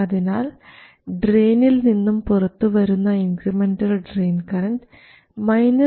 അതിനാൽ ഡ്രയിനിൽ നിന്നും പുറത്ത് വരുന്ന incremental drain current gm vGS ആണ്